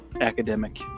academic